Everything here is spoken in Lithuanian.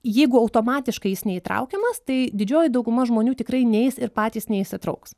jeigu automatiškai jis neįtraukiamas tai didžioji dauguma žmonių tikrai neis ir patys neįsitrauks